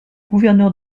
gouverneur